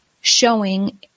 Showing